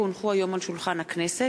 כי הונחו היום על שולחן הכנסת,